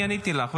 אני עניתי לך,